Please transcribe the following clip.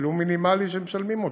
התשלום מינימלי, שמשלמים אותו.